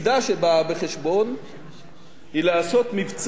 היא לעשות מבצע מס לאותן חברות